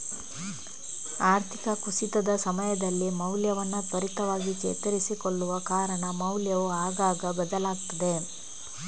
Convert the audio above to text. ಆರ್ಥಿಕ ಕುಸಿತದ ಸಮಯದಲ್ಲಿ ಮೌಲ್ಯವನ್ನ ತ್ವರಿತವಾಗಿ ಚೇತರಿಸಿಕೊಳ್ಳುವ ಕಾರಣ ಮೌಲ್ಯವು ಆಗಾಗ ಬದಲಾಗ್ತದೆ